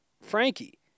Frankie